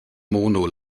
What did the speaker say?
mono